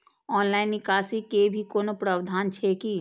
Online निकासी के भी कोनो प्रावधान छै की?